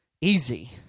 easy